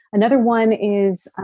another one is and